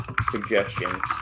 suggestions